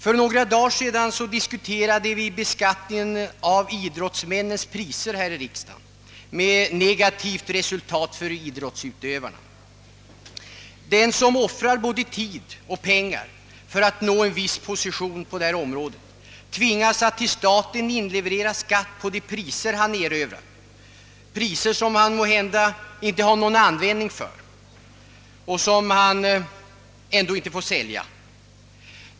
För några dagar sedan diskuterade vi här i riksdagen beskattningen av idrottsmännens priser — med negativt resultat för idrottsutövarna. Den som offrar både tid och pengar för att nå en viss position på detta område tvingas att till staten inleverera skatt på de priser han erövrat — priser som han måhända inte har någon användning för och som han inte får sälja.